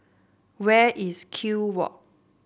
where is Kew Walk